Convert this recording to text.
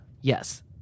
Yes